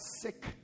sick